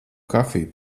kafiju